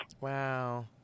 Wow